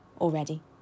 already